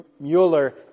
Mueller